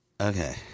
Okay